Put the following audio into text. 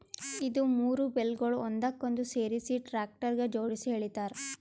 ಇದು ಮೂರು ಬೇಲ್ಗೊಳ್ ಒಂದಕ್ಕೊಂದು ಸೇರಿಸಿ ಟ್ರ್ಯಾಕ್ಟರ್ಗ ಜೋಡುಸಿ ಎಳಿತಾರ್